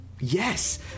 Yes